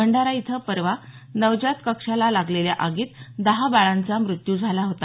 भंडारा इथं परवा नवजात कक्षाला लागलेल्या आगीत दहा बाळांचा मृत्यू झाला होता